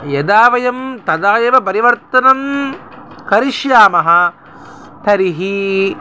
यदा वयं तदा एव परिवर्तनं करिष्यामः तर्हि